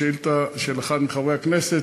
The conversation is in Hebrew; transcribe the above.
על שאילתה של אחד מחברי הכנסת,